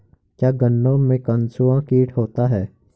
क्या गन्नों में कंसुआ कीट होता है?